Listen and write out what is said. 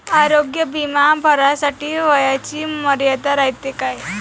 आरोग्य बिमा भरासाठी वयाची मर्यादा रायते काय?